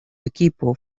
equipo